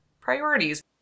priorities